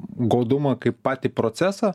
godumą kaip patį procesą